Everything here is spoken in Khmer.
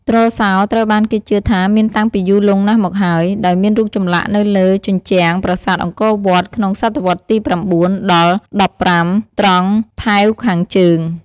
ទ្រសោត្រូវបានគេជឿថាមានតាំងពីយូរលង់ណាស់មកហើយ ដោយមានរូបចម្លាក់នៅលើជញ្ជាំងប្រាសាទអង្គរវត្ត ក្នុង សតវត្សទី៩ ដល់ ១៥ ត្រង់ថែវខាងជើង។